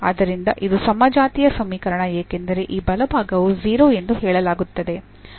ಆದ್ದರಿಂದ ಇದು ಸಮಜಾತೀಯ ಸಮೀಕರಣ ಏಕೆಂದರೆ ಈ ಬಲಭಾಗವು 0 ಎಂದು ಹೇಳಲಾಗುತ್ತದೆ